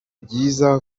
byiza